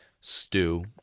stew